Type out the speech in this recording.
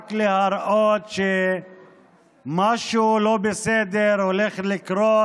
ורק להראות שמשהו לא בסדר הולך לקרות.